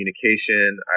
communication